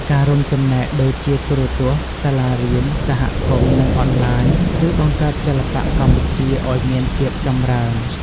ការរួមចំណែកដូចជាទូរទស្សន៍ សាលារៀន សហគមន៍ និងអនឡាញ ជួយបង្កើតសិល្បៈកម្ពុជាឲ្យមានភាពចម្រើន។